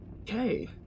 Okay